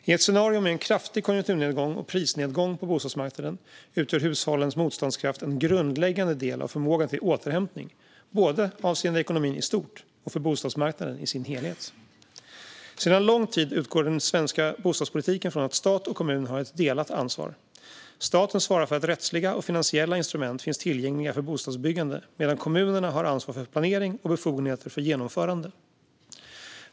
I ett scenario med en kraftig konjunkturnedgång och prisnedgång på bostadsmarknaden utgör hushållens motståndskraft en grundläggande del av förmågan till återhämtning både avseende ekonomin i stort och för bostadsmarknaden i sin helhet. Sedan lång tid utgår den svenska bostadspolitiken från att stat och kommun har ett delat ansvar. Staten svarar för att rättsliga och finansiella instrument finns tillgängliga för bostadsbyggande medan kommunerna har ansvar för planering och befogenheter för genomförande.